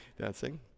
dancing